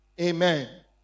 Amen